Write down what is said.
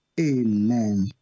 Amen